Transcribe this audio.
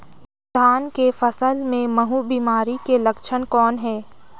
धान के फसल मे महू बिमारी के लक्षण कौन हे?